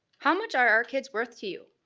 how much are our kids worth to you?